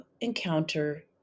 encounter